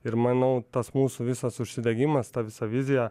ir manau tas mūsų visas užsidegimas ta visa vizija